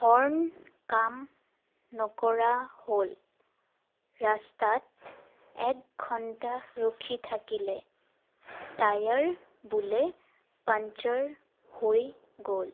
horn কাম নকৰা হ'ল ৰাস্তাত এক ঘণ্টা ৰখি থাকিলে টায়াৰ বোলে পামচাৰ হৈ গ'ল